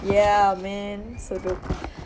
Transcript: ya man so cool